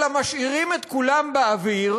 אלא משאירים את כולם באוויר,